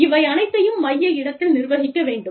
இவை அனைத்தையும் மைய இடத்தில் நிர்வகிக்க வேண்டும்